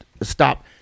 Stop